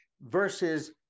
versus